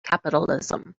capitalism